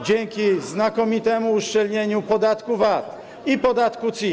dzięki znakomitemu uszczelnieniu podatku VAT i podatku CIT.